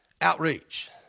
outreach